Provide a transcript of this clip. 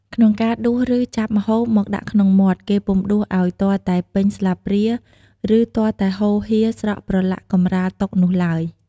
ក្នុងការដួសឬចាប់ម្ហូបមកដាក់ក្នុងមាត់ គេពុំដួសឲ្យទាល់តែពេញស្លាបព្រាឬទាល់តែហូរហៀរស្រក់ប្រឡាក់កម្រាលតុនោះឡើយ ។